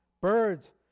birds